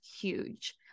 huge